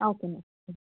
okay ma'am